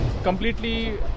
completely